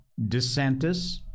DeSantis